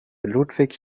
ludwig